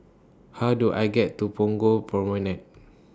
How Do I get to Punggol Promenade